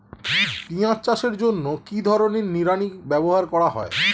পিঁয়াজ চাষের জন্য কি ধরনের নিড়ানি ব্যবহার করা হয়?